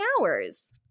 hours